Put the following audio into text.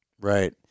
right